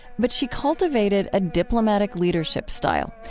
but she cultivated a diplomatic leadership style,